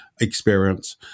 experience